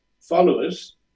followers